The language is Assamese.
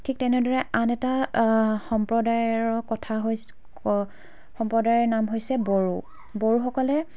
ঠিক তেনেদৰে আন এটা সম্প্ৰদায়ৰ কথা হৈছ ক সম্প্ৰদায়ৰ নাম হৈছে বড়ো বড়োসকলে